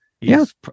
Yes